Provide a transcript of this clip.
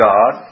God